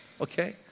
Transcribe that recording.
Okay